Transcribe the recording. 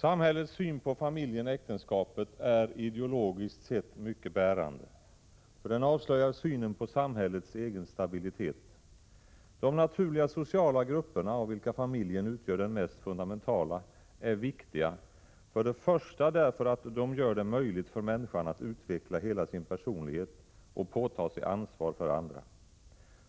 Samhällets syn på familjen-äktenskapet är ideologiskt sett mycket bärande. För den avslöjar synen på samhällets egen stabilitet. De naturliga sociala grupperna, av vilka familjen utgör den mest fundamentala, är viktiga, för det första därför att de gör det möjligt för människan att utveckla hela sin personlighet och påta sig ansvar för andra.